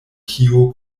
kiu